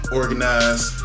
organized